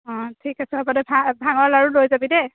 অঁ ঠিক আছে হ'ব দে ভাং ভাঙৰ লাড়ু লৈ যাবি দেই